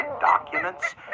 documents